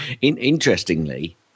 interestingly